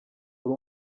uri